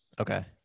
okay